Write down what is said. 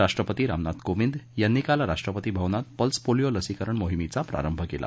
राष्ट्रपती रामनाथ कोविंद यांनी काल राष्ट्रपती भवनात पल्स पोलिओ लसीकरण मोहीमेचा प्रारंभ केला